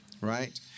right